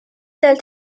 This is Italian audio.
dal